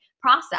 process